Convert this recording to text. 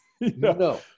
No